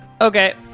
Okay